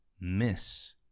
miss